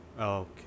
Okay